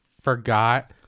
forgot